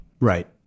Right